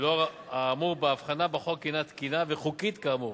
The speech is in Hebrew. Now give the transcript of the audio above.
ולאור האמור, ההבחנה בחוק היא תקינה וחוקית כאמור.